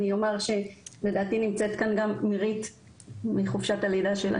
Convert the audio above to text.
אני אומר שלדעתי נמצאת כאן גם מירית מחופשת הלידה שלה,